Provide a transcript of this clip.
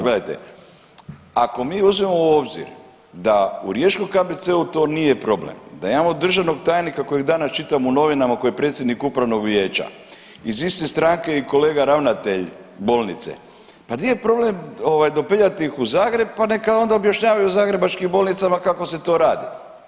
Gledajte, ako mi uzmemo u obzir da u riječkom KBC-u to nije problem, da imamo državnog tajnika kojeg danas čitamo u novinama koji je predsjednik upravnog vijeća, iz iste stranke je i kolega ravnatelj bolnice, pa di je problem dopeljati iz u Zagreb pa neka onda objašnjavaju zagrebačkim bolnicama kako se to radi?